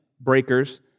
breakers